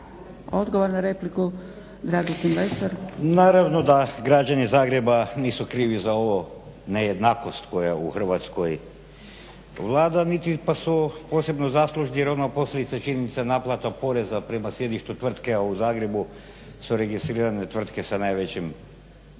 laburisti - Stranka rada)** Naravno da građani Zagreba nisu krivi za ovo, nejednakost koja u Hrvatskoj vlada niti pa su posebno zaslužni jer ono je posljedica činjenice naplata poreza prema sjedištu tvrtke a u Zagrebu su registrirane tvrtke sa najvećim